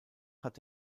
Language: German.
hat